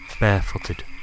barefooted